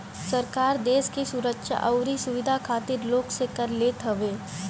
सरकार देस के सुरक्षा अउरी सुविधा खातिर लोग से कर लेत हवे